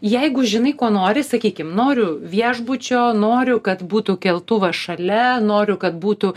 jeigu žinai ko nori sakykim noriu viešbučio noriu kad būtų keltuvas šalia noriu kad būtų